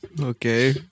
Okay